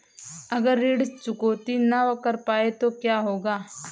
अगर ऋण चुकौती न कर पाए तो क्या होगा?